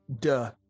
Duh